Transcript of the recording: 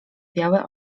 białe